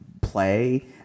play